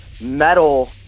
metal